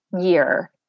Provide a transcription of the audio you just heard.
year